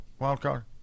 Wildcard